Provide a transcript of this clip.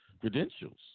credentials